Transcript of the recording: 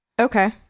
Okay